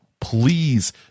please